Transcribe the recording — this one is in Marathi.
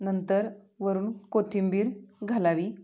नंतर वरून कोथिंबीर घालावी